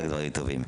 רק דברים טובים.